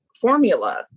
formula